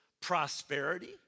prosperity